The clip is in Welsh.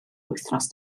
wythnos